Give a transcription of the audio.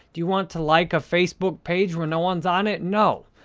do you want to like a facebook page where no one's on it? no,